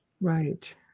Right